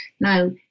Now